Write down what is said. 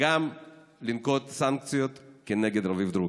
וגם לנקוט סנקציות נגד רביב דרוקר.